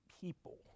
people